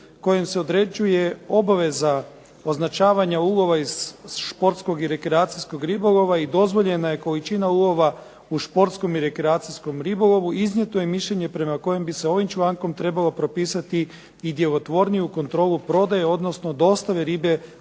kojim se određuje obveza označavanja ulova iz športskog i rekreacijskog ribolova i dozvoljena je količina ulova u športskom i rekreacijskom ribolovu, iznijeto je mišljenje prema kojem bi se ovim člankom trebalo propisati i djelotvorniju kontrolu prodaje odnosno dostave ribe